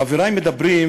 חברי מדברים,